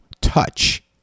touch